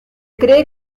cree